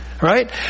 Right